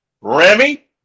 Remy